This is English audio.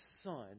Son